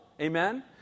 Amen